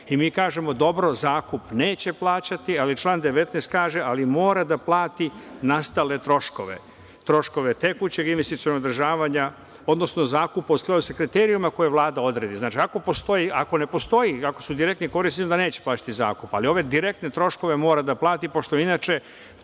Mi kažemo – dobro, zakup neće plaćati, ali član 19. kaže da mora da plati nastale troškove, troškove tekućeg investicionog održavanja, odnosno zakup na osnovu kriterijuma koje Vlada odredi. Znači, ako ne postoji i ako su direktni korisnici onda neće plaćati zakup. Ali, ove direktne troškove mora da plati, pošto inače